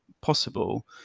possible